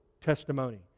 Testimony